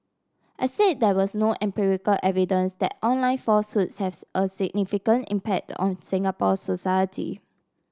I said there was no empirical evidence that online falsehoods have a significant impact on Singapore society